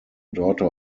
daughter